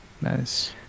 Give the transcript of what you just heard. Nice